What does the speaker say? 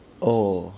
oh